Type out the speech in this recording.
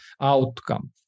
outcome